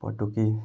पटुकी